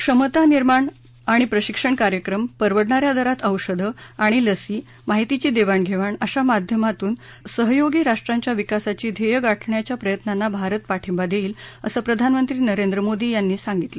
क्षमता निर्माण आणि प्रशिक्षण कार्यक्रम परवडणा या दरात औषधं आणि लसी माहितीची देवाणघेवाण अशा माध्यमातून सहयोगीराष्ट्रांच्या विकासाची ध्येय गाठण्याच्या प्रयत्नांना भारत पाठिंबा देईल असं प्रधानमंत्री नरेंद्र मोदी यांनी सांगितलं